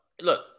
look